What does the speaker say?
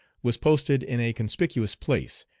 was posted in a conspicuous place,